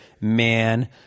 Man